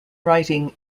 writing